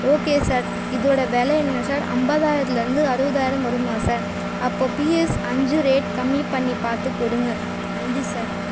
okay sir இதோடய வில என்ன சார் ஐம்பதாயிரத்லேந்து அறுபதாயிரம் வருமா சார் அப்போ பிஎஸ் அஞ்சு ரேட் கம்மி பண்ணி பார்த்துக் கொடுங்க நன்றி சார்